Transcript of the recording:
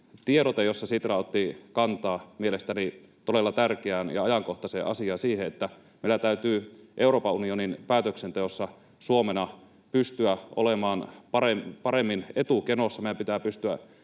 tiedote, jossa Sitra otti kantaa mielestäni todella tärkeään ja ajankohtaiseen asiaan, siihen, että Suomena meidän täytyy Euroopan unionin päätöksenteossa pystyä olemaan paremmin etukenossa, meidän pitää pystyä